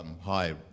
Hi